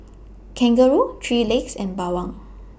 Kangaroo three Legs and Bawang